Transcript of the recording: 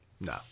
No